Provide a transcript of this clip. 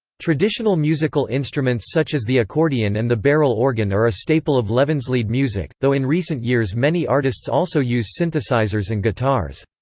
traditional musical instruments such as the accordion and the barrel organ are a staple of levenslied music, though in recent years many artists also use synthesisers and guitars.